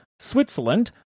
Switzerland